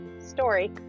story